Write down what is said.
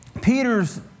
Peter's